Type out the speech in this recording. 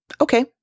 Okay